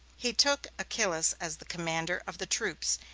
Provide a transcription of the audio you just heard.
he took achillas as the commander of the troops,